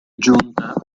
giunta